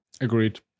Agreed